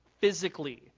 physically